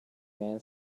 man